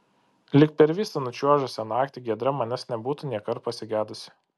lyg per visą nučiuožusią naktį giedra manęs nebūtų nėkart pasigedusi